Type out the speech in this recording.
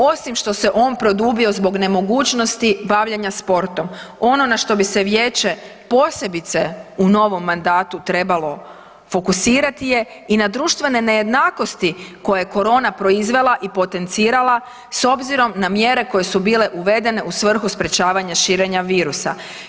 Osim što se on produbio zbog nemogućnosti bavljenja sportom ono na što bi se vijeće posebice u novom mandatu trebalo fokusirati je i na društvene nejednakosti koje je korona proizvela i potencirala s obzirom na mjere koje su bile uvedene u svrhu sprječavanja širenja virusa.